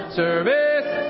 service